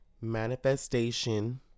Manifestation